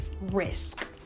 risk